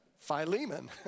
Philemon